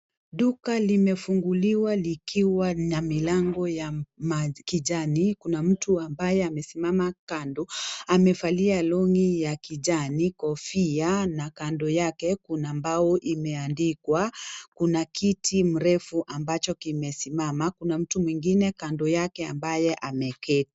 Duka limefunguliwa likiwa na milango ya kijani kuna mtu ambaye amesimama kando amevalia long'i ya kijani kofia na kando yake kuna mbao imeandikwa, kuna kiti mrefu ambacho kimesimama, kuna mtu mwingine kando yake ambaye ameketi.